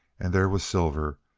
and there was silver,